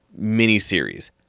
miniseries